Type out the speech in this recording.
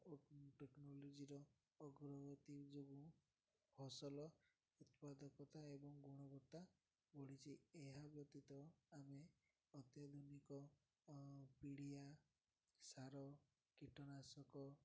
ଟେକ୍ନୋଲୋଜିର ଅଗ୍ରଗତି ଯୋଗୁଁ ଫସଲ ଉତ୍ପାଦକତା ଏବଂ ଗୁଣବତ୍ତା ବଢ଼ିଚି ଏହା ବ୍ୟତୀତ ଆମେ ଅତ୍ୟାଧୁନିକ ପିଡ଼ିଆ ସାର କୀଟନାଶକ